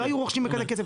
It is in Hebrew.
לא היו רוכשים בכזה כסף.